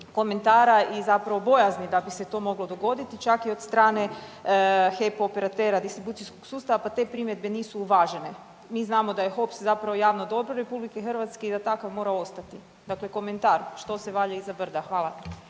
komentara i bojazni da bi se to moglo dogoditi čak i od strane HEP distribucijskog sustava pa te primjedbe nisu uvažene. Mi znamo da je HOPS javno dobro RH i da takav mora ostati. Dakle, komentar, što se valja iza brda. Hvala.